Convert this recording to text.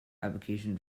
application